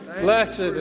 Blessed